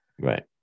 Right